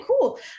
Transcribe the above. cool